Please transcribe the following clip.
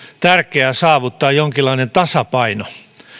tärkeää saavuttaa jonkinlainen tasapaino